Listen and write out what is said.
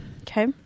Okay